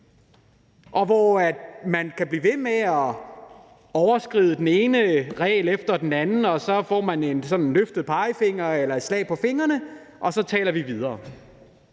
og hvor man kan blive ved med at overskride den ene regel efter den anden, og så får man en løftet pegefinger eller et slag over fingrene, og så taler vi videre?